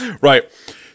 Right